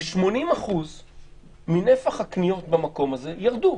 80% מנפח הקניות במקום הזה ירדו.